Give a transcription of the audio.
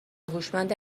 هوشمند